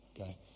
Okay